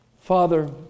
Father